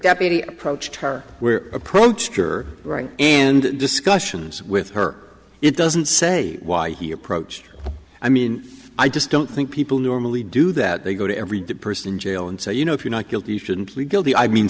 deputy approached her where approached your right and discussions with her it doesn't say why he approached i mean i just don't think people normally do that they go to every did person in jail and say you know if you're not guilty shouldn't plead guilty i mean